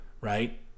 right